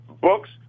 Books